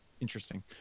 interesting